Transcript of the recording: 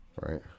right